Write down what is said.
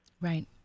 Right